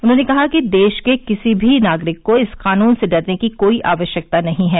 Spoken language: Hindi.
उन्होंने कहा कि देश के किसी भी नागरिक को इस कानून से डरने की कोई आवश्यकता नहीं है